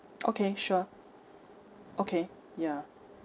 okay sure okay ya